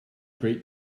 great